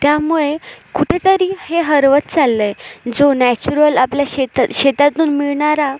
त्यामुळे कुठेतरी हे हरवत चाललं आहे जो नॅचुरल आपल्या शेता शेतातून मिळणारा